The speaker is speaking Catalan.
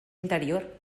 interior